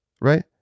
right